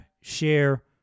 share